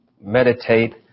meditate